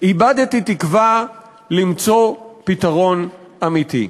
איבדתי תקווה למצוא פתרון אמיתי.